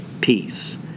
peace